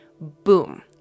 boom